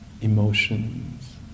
emotions